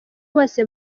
bose